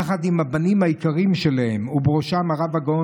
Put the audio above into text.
יחד עם הבנים היקרים שלהם, ובראשם הרב הגאון